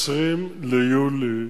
20 ביולי